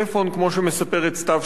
כמו שמספרת סתיו שפיר,